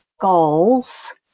goals